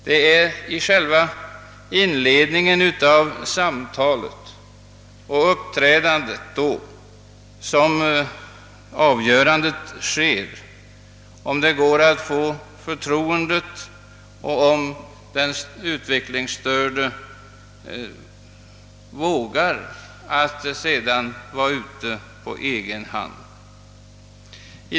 Det är genom uppträdandet i själva inledningen av samtalet, som det avgöres om det går att få den utvecklingsstördes förtroende och om denne sedan kommer att våga vara ute på egen hand.